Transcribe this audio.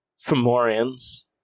Fomorians